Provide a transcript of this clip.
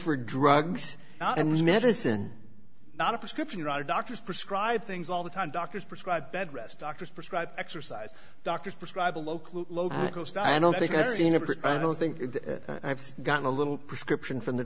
for drugs and medicine not a prescription and doctors prescribe things all the time doctors prescribe bed rest doctors prescribe exercise doctors prescribe a local host i don't think that's you know i don't think i've gotten a little prescription from the